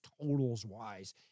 totals-wise